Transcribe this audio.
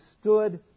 stood